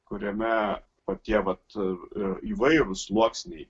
kuriame va tie vat įvairūs sluoksniai